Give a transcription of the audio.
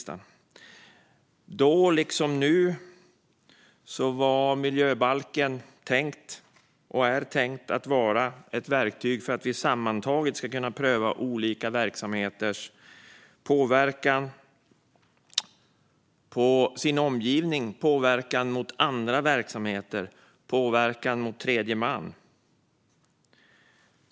Då var miljöbalken tänkt - och det är den nu också - att vara ett verktyg för att vi sammantaget ska kunna pröva olika verksamheters påverkan på omgivningen, andra verksamheter och tredje man.